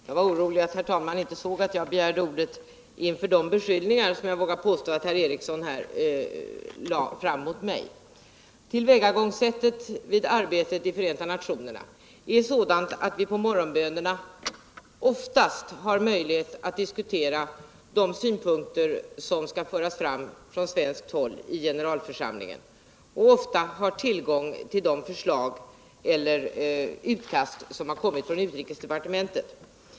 Herr talman! Jag var orolig att herr talmannen inte skulle se att jag begärde ordet efter de beskyllningar som jag vågar påstå att herr Ericson gjorde sig skyldig till mot mig. Tillvägagångssättet vid arbetet i Förenta nationerna är sådant att man vid ”morgonbönerna” oftast har möjlighet att diskutera de synpunkter som skall föras fram från svenskt håll i generalförsamlingen och ofta har tillgång till de förslag eller utkast som kommit från utrikesdepartementet.